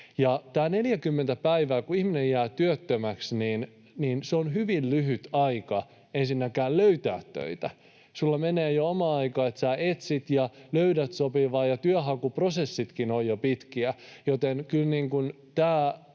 Ja tämä 40 päivää, kun ihminen jää työttömäksi, on hyvin lyhyt aika ensinnäkään löytää töitä. Sinulla menee jo omaa aika, että sinä etsit ja löydät sopivaa ja työnhakuprosessitkin ovat jo pitkiä, joten kyllä tämä